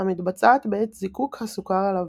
המתבצע בעת זיקוק הסוכר הלבן.